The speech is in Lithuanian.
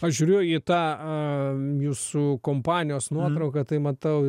aš žiūriu į tą jūsų kompanijos nuotrauką tai matau